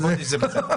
לא, חודש זה בסדר.